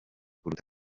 kuruta